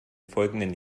folgenden